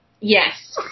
Yes